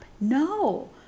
No